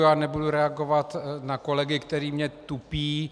Já nebudu reagovat na kolegy, kteří mě tupí.